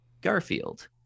Garfield